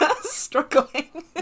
Struggling